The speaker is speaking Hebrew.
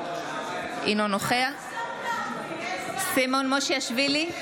אינו נוכח סימון מושיאשוילי,